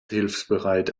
hilfsbereit